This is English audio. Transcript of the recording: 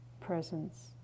presence